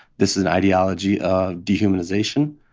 this is an ideology of dehumanization.